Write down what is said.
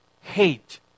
hate